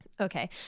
Okay